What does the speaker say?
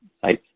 sites